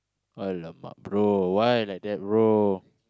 !alamak! bro why like that bro